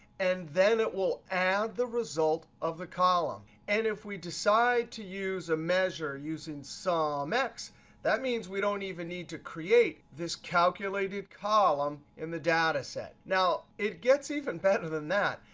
and then it will add the result of the column. and if we decide to use a measure using sumx, that means we don't even need to create this calculated column in the dataset. now, it gets even better than that.